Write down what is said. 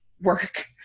work